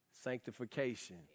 sanctification